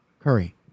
Curry